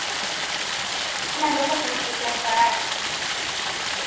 ᱚᱱᱟ ᱫᱚ ᱚᱠᱟ ᱠᱚᱨᱮ ᱯᱮ ᱪᱟᱥᱼᱟ